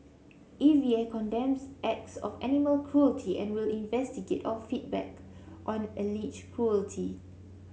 E V A condemns acts of animal cruelty and will investigate all feedback on alleged cruelty